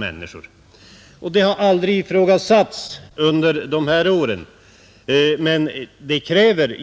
Den rätten har aldrig ifrågasatts under de här åren, men det krävs